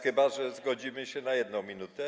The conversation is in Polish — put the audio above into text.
chyba że zgodzimy się na 1 minutę.